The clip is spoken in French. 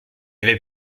avait